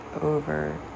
over